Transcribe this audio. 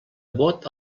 vot